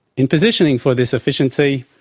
in positioning for this efficiency,